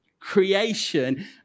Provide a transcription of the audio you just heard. creation